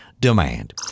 demand